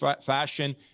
fashion